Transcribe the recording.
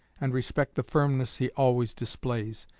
and respect the firmness he always displays.